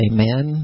Amen